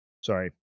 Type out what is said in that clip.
Sorry